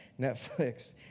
Netflix